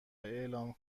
اعلام